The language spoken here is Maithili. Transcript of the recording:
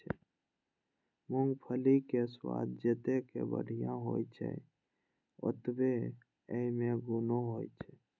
मूंगफलीक स्वाद जतेक बढ़िया होइ छै, ओतबे अय मे गुणो होइ छै